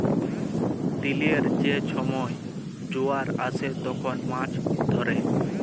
দিলের যে ছময় জয়ার আসে তখল মাছ ধ্যরে